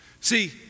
See